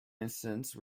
instance